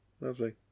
Lovely